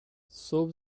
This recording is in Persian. صبح